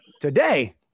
Today